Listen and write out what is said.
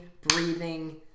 breathing